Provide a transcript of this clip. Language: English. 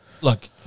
look